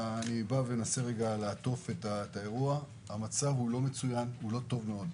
אנסה לסכם, המצב הוא לא טוב מאוד,